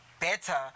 better